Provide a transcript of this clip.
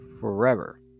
forever